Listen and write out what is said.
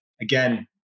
again